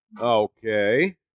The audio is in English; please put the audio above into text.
Okay